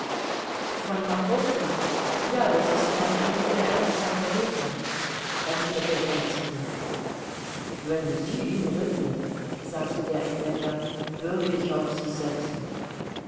von machotin ja das ist mein einziger ernsthafter gegner erwiderte wronski wenn sie ihn ritten sagte der engländer würde ich auf sie setzen